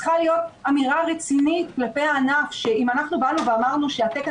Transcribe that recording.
צריכה להיות אמירה רצינית כלפי הענף שאם אנחנו באנו ואמרנו שהתקן